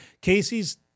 Casey's